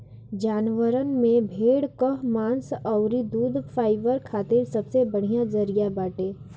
जानवरन में भेड़ कअ मांस अउरी दूध फाइबर खातिर सबसे बढ़िया जरिया बाटे